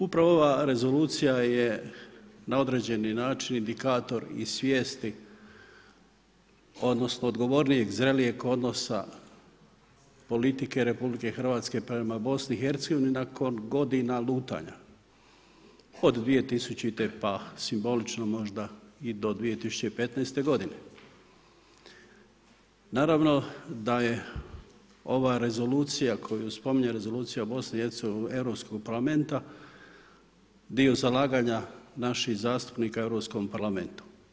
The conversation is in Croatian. Upravo ova rezolucija je na određeni način indikator svijesti odnosno, odgovornijeg, zrelijeg odnosa politika RH prema BIH nakon godina lutanja od 2000. pa simbolično možda i do 2015. g. Naravno da je ova rezolucija, koja spominje rezoluciji u BIH europskog parlamenta, dio zalaganja naših zastupnika u Europskom parlamentu.